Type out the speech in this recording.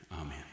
Amen